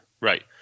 Right